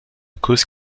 cause